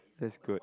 that's good